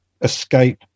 escape